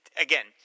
again